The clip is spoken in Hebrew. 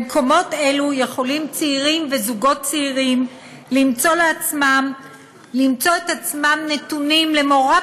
במקומות אלה יכולים צעירים וזוגות צעירים למצוא את עצמם נתונים למורת